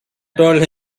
told